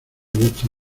gusto